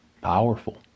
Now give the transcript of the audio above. powerful